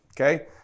okay